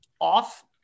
off